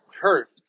Hurt